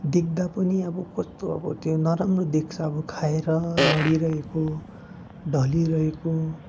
देख्दा पनि अब कस्तो अब त्यो नराम्रो देख्छ अब खाएर लडिरहेको ढलिरहेको